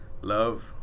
love